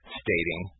stating